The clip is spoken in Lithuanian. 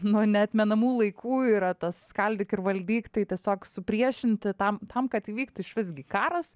nuo neatmenamų laikų yra tas skaldyk ir valdyk tai tiesiog supriešinti tam tam kad įvyktų išvis gi karas